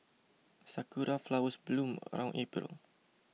sakura flowers bloom around April